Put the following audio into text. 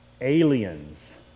Aliens